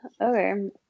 Okay